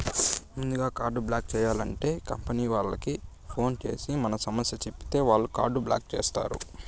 ముందుగా card block చేయాలంటే company వాళ్లకి ఫోన్ చేసి మన సమస్య చెప్పితే వాళ్లే కార్డు బ్లాక్ చేస్తారు